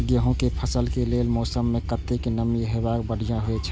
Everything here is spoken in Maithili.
गेंहू के फसल के लेल मौसम में कतेक नमी हैब बढ़िया होए छै?